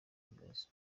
ikibazo